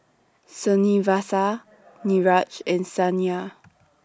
Srinivasa Niraj and Saina